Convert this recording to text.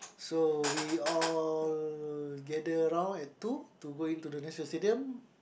so we all gather around at two to go into the National-Stadium